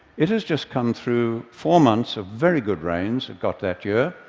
it has just come through four months of very good rains it got that year,